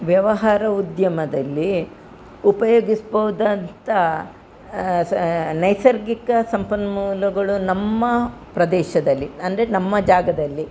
ವ್ಯವಹಾರ ಉದ್ಯಮದಲ್ಲಿ ಉಪಯೋಗಿಸ್ಬೋದಾದಂಥ ಸ ನೈಸರ್ಗಿಕ ಸಂಪನ್ಮೂಲಗಳು ನಮ್ಮ ಪ್ರದೇಶದಲ್ಲಿ ಅಂದರೆ ನಮ್ಮ ಜಾಗದಲ್ಲಿ